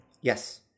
Yes